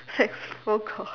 sex phone call